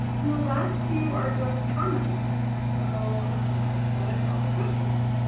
um ah last few are just comments. so that is all the questions.